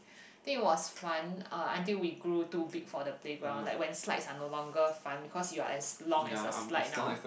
think it was fun uh until we grew too big for the playground like when slides are no longer fun because you are as long as a slide now